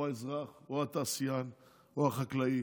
האזרח או התעשיין או החקלאי,